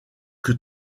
que